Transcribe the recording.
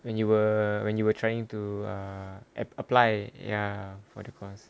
when you were when you were trying to err apply ya for the class